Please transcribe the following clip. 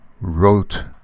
wrote